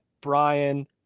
Brian